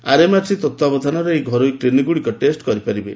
RMRC ତତ୍ୱାବଧାନରେ ଏହି ଘରୋଇ କ୍ଲିନିକଗୁଡ଼ିକ ଏହି ଟେଷ୍ କରିପାରିବେ